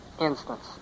instance